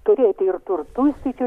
turėti ir turtus didžiulius